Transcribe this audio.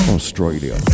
Australia